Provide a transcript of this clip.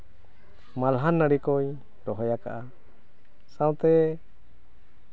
ᱢᱟᱞᱦᱟᱱ ᱱᱟᱹᱲᱤ ᱠᱚᱧ ᱨᱚᱦᱚᱭ ᱠᱟᱜᱼᱟ ᱥᱟᱶᱛᱮ